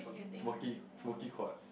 smokey smokey quarts